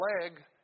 leg